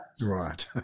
Right